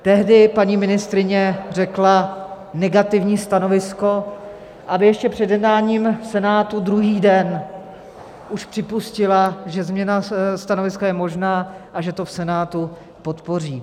Tehdy paní ministryně řekla negativní stanovisko, aby ještě před jednáním v Senátu druhý den už připustila, že změna stanoviska je možná a že to v Senátu podpoří.